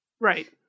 Right